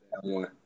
one